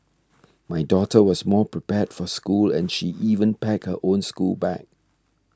my daughter was more prepared for school and she even packed her own schoolbag